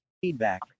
Feedback